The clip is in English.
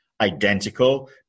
identical